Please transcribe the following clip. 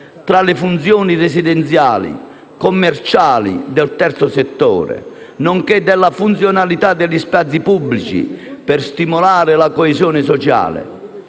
tra le funzioni residenziali, commerciali, del terzo settore, nonché della funzionalità degli spazi pubblici per stimolare la coesione sociale.